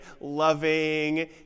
loving